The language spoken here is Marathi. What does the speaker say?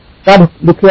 का दुःखी आहेत